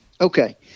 okay